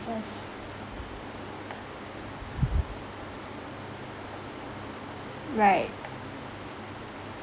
first right